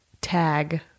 tag